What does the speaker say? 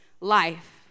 life